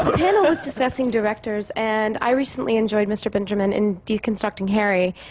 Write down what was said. panel was discussing directors, and i recently enjoyed mr. benjamin in deconstructing harry,